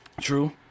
True